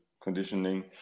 conditioning